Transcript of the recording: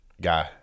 guy